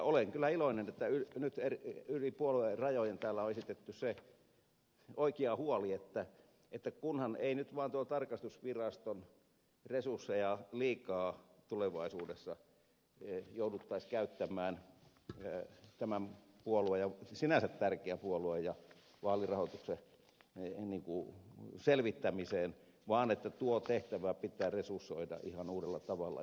olen kyllä iloinen että nyt yli puoluerajojen täällä on esitetty se oikea huoli että kunhan ei nyt vaan tarkastusviraston resursseja liikaa tulevaisuudessa jouduttaisi käyttämään tämän sinänsä tärkeän puolue ja vaalirahoituksen selvittämiseen vaan tuo tehtävä pitää resursoida ihan uudella tavalla